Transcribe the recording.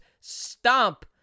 stomp